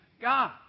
God